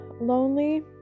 lonely